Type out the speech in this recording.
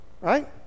Right